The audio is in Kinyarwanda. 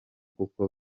kuko